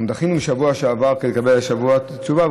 דחינו מהשבוע שעבר כדי לקבל השבוע את התשובה,